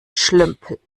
schlömpel